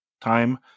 time